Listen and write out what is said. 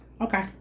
Okay